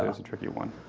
that's a tricky one.